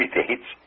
dates